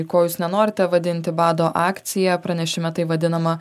ko jūs nenorite vadinti bado akcija pranešime tai vadinama